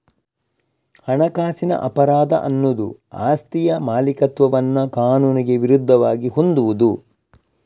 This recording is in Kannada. ಹಣಕಾಸಿನ ಅಪರಾಧ ಅನ್ನುದು ಆಸ್ತಿಯ ಮಾಲೀಕತ್ವವನ್ನ ಕಾನೂನಿಗೆ ವಿರುದ್ಧವಾಗಿ ಹೊಂದುವುದು